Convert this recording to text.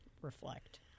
reflect